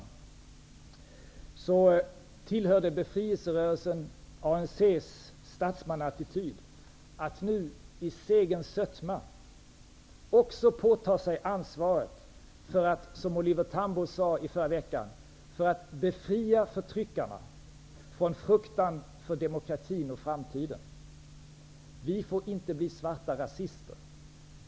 Allra sist: Det tillhör befrielserörelsen ANC:s statsmannaattityd att nu i segerns sötma också påta sig ansvaret för att -- som Oliver Tambo uttryckte det i förra veckan -- ''befria förtryckarna från fruktan för demokratin och framtiden. Vi får inte bli svarta rasister.''